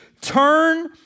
turn